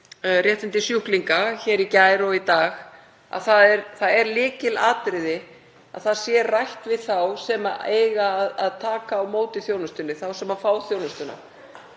réttindi sjúklinga í gær og í dag, er það lykilatriði að rætt sé við þá sem eiga að taka á móti þjónustunni, þá sem fá þjónustuna.